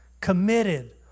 committed